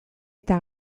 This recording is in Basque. eta